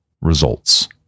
results